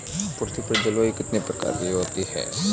पृथ्वी पर जलवायु कितने प्रकार की होती है?